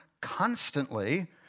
constantly